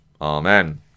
Amen